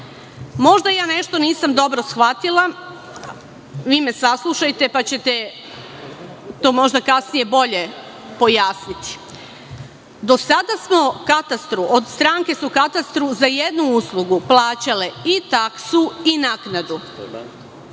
Možda ja nešto nisam dobro shvatila, vi me saslušajte, pa ćete to možda kasnije bolje pojasniti. Do sada smo katastru, stranke su katastru za jednu uslugu plaćale i taksu i naknadu